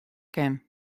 kin